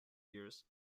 years